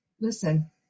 Listen